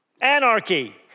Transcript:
Anarchy